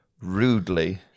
rudely